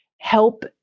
help